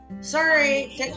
Sorry